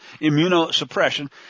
immunosuppression